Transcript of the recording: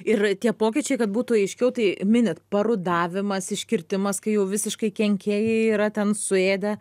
ir tie pokyčiai kad būtų aiškiau tai minit parudavimas iškirtimas kai jau visiškai kenkėjai yra ten suėdę